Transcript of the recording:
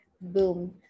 boom